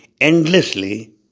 endlessly